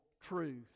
truth